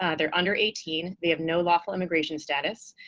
ah they're under eighteen. they have no lawful immigration status.